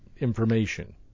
information